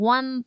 One